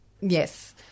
Yes